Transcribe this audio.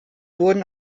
wurden